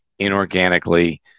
inorganically